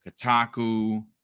Kotaku